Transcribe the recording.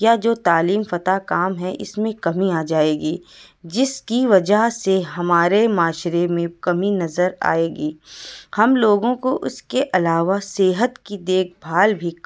یا جو تعلیم یافتہ کام ہے اس میں کمی آ جائے گی جس کی وجہ سے ہمارے معاشرے میں کمی نظر آئے گی ہم لوگوں کو اس کے علاوہ صحت کی دیکھ بھال بھی